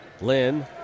Lynn